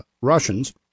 Russians